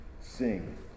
sing